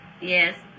Yes